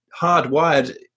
hardwired